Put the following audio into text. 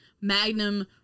Magnum